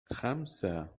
خمسة